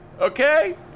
okay